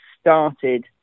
started